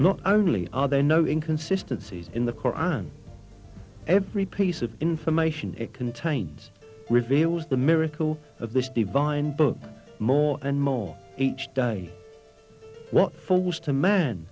not only are there no inconsistency in the koran every piece of information it contains reveals the miracle of this divine book more and more each day what for most a man